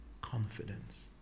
confidence